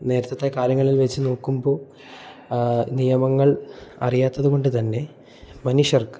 നേരത്തത്തെ കാലങ്ങളിൽ വെച്ച് നോക്കുമ്പോൾ നിയമങ്ങൾ അറിയാത്തത് കൊണ്ട് തന്നെ മനുഷ്യർക്ക്